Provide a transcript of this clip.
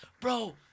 Bro